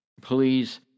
please